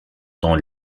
dans